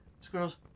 squirrels